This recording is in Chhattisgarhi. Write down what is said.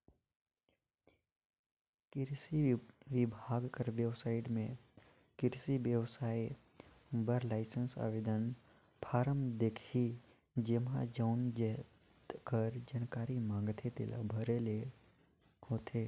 किरसी बिभाग कर बेबसाइट में किरसी बेवसाय बर लाइसेंस आवेदन फारम दिखही जेम्हां जउन जाएत कर जानकारी मांगथे तेला भरे ले होथे